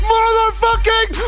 Motherfucking